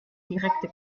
direkte